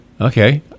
Okay